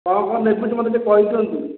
କ'ଣ କ'ଣ ନେବି ମୋତେ ଟିକିଏ କହିଦିଅନ୍ତୁ